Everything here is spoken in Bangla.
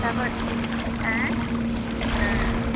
তারপর অ্যাঁ হ্যাঁ